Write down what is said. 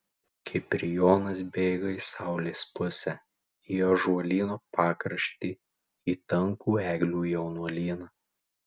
kiprijonas bėga į saulės pusę į ąžuolyno pakraštį į tankų eglių jaunuolyną